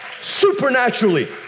supernaturally